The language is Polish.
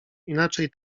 inaczej